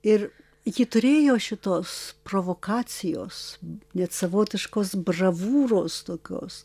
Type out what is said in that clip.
ir ji turėjo šitos provokacijos net savotiškos bravūros tokios